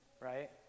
right